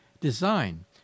design